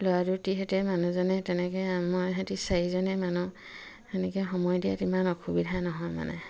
ল'ৰা দুটিহঁতে মানুহজনে তেনেকে আমাৰ সিহঁতি চাৰিজনে মানুহ সেনেকে সময় দিয়াত ইমান অসুবিধা নহয় মানে